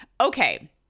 Okay